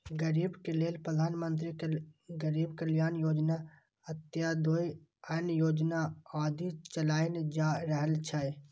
गरीबक लेल प्रधानमंत्री गरीब कल्याण योजना, अंत्योदय अन्न योजना आदि चलाएल जा रहल छै